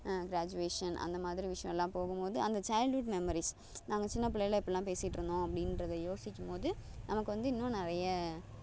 graduation அந்த மாதிரி விஷயம் எல்லாம் போகும்போது அந்த சைல்ட்வுட் மெமரிஸ் நாங்கள் சின்னப் பிள்ளையில் இப்படிலாம் பேசிட்டு இருந்தோம் அப்படின்றத யோசிக்கும் போது நமக்கு வந்து இன்னும் நிறைய